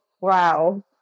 wow